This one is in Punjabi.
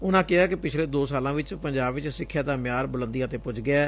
ਉਨ੍ਹਾ ਕਿਹਾ ਕਿ ਪਿਛਲੇ ਦੋ ਸਾਲਾਂ ਵਿਚ ਪੰਜਾਬ ਵਿਚ ਸਿੱਖਿਆ ਦਾ ਮਿਆਰ ਬੁਲੰਦੀਆਂ ਤੇ ਪੁੱਜ ਗਿਐ